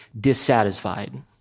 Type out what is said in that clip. dissatisfied